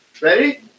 Ready